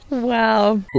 Wow